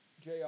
JR